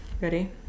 Ready